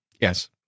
Yes